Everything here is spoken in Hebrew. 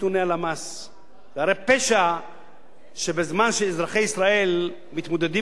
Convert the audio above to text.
זה הרי פשע שבזמן שאזרחי ישראל מתמודדים כל כך קשה על קניית דירה,